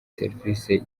serivisi